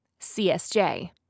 CSJ